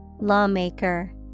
Lawmaker